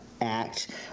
Act